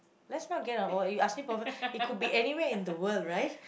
let's not get and you ask me it could be anywhere in the world right